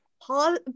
Pause